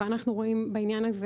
ואנחנו רואים בעניין הזה